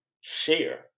share